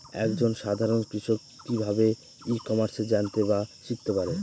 এক জন সাধারন কৃষক কি ভাবে ই কমার্সে জানতে বা শিক্ষতে পারে?